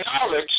knowledge